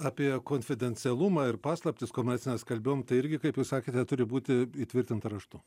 apie konfidencialumą ir paslaptis kuomet mes kalbėjom tai irgi kaip jūs sakėte turi būti įtvirtinta raštu